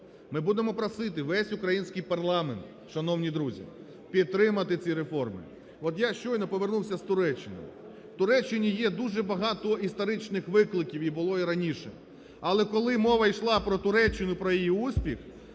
Ми будемо просити весь український парламент, шановні друзі, підтримати ці реформи. От я щойно повернувся з Туреччини. В Туреччині є дуже багато історичних викликів, і було і раніше, але, коли мова йшла про Туреччину, про її успіх,